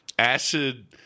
Acid